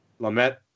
lamette